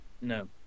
No